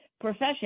profession